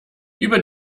über